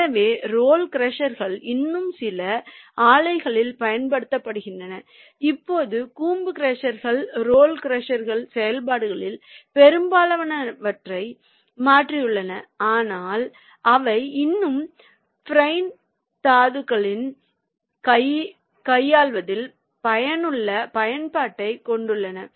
எனவே ரோல் க்ரஷர்கள் இன்னும் சில ஆலைகளில் பயன்படுத்தப்படுகின்றன இப்போது கூம்பு க்ரஷர்கள் ரோல் க்ரஷர் செயல்பாடுகளில் பெரும்பாலானவற்றை மாற்றியுள்ளன ஆனால் அவை இன்னும் ஃப்ரைபிள் தாதுவைக் கையாள்வதில் பயனுள்ள பயன்பாட்டைக் கொண்டுள்ளன